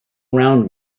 around